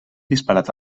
disparat